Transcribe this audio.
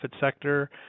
sector